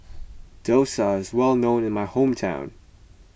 Dosa is well known in my hometown